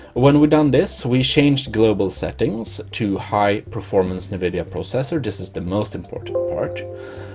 when we're done this we changed global settings to high-performance nvidia processor. this is the most important part.